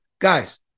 Guys